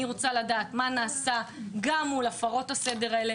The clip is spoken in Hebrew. די, היא לא רוצה לחזור, זו בעיה שלה.